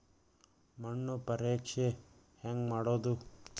ಮಣ್ಣು ಪರೇಕ್ಷೆ ಹೆಂಗ್ ಮಾಡೋದು?